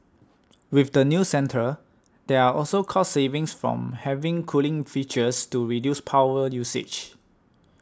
with the new centre there are also cost savings from having cooling features to reduce power usage